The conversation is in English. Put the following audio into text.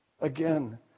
Again